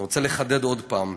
אני רוצה לחדד עוד פעם: